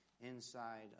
inside